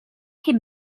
him